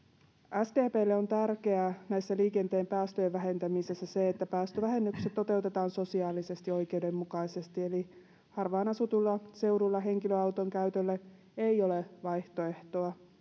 sdplle on tärkeää näissä liikenteen päästöjen vähentämisessä se että päästövähennykset toteutetaan sosiaalisesti oikeudenmukaisesti harvaan asutuilla seuduilla henkilöauton käytölle ei ole vaihtoehtoa